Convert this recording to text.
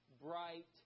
bright